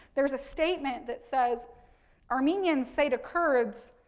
there's a statement that says armenians say to kurds,